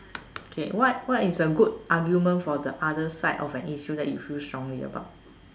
okay what what is a good argument for the other side of an issue that you feel strongly about